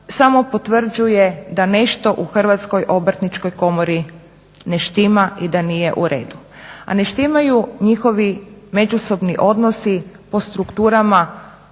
samo potvrđuje da nešto u Hrvatskoj obrtničkoj komori ne štima i da nije uredu. A ne štimaju njihovi međusobni odnosi po strukturama